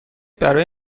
برای